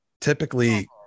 typically